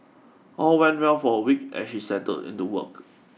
all went well for a week as she settled into work